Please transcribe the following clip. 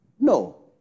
No